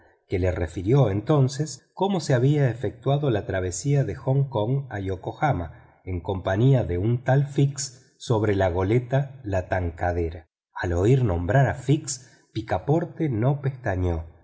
que le refirió entonces cómo se había efectuado la travesía de hong kong a yokohama en compañía de un tal fix al oír nombrar a fix picaporte no pestañeó